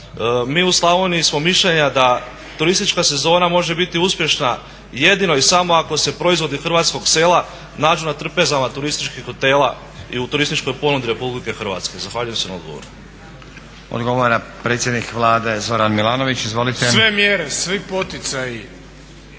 Mi u Slavoniji smo mišljenja da turistička sezona može biti uspješna jedino i samo ako se proizvodi hrvatskog sela nađu na trpezama turističkih hotela i u turističkoj ponudi RH. Zahvaljujem se na odgovoru. **Stazić, Nenad (SDP)** Odgovara predsjednik Vlade Zoran Milanović. Izvolite. **Milanović, Zoran